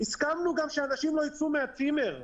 והסכמנו גם שאנשים לא ייצאו מן הצימר,